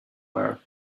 wear